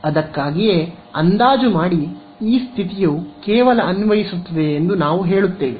ಅದಕ್ಕಾಗಿಯೇ ಅಂದಾಜು ಮಾಡಿ ಈ ಸ್ಥಿತಿಯು ಕೇವಲ ಅನ್ವಯಿಸುತ್ತದೆ ಎಂದು ನಾವು ಹೇಳುತ್ತೇವೆ